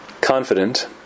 confident